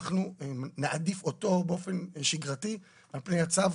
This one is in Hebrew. אנחנו נעדיף אותו באופן שגרתי על פני הצו.